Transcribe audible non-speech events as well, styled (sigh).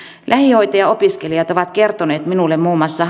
lähihoitajaopiskelijat ovat kertoneet minulle muun muassa (unintelligible)